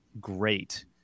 great